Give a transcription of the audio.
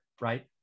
right